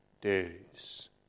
days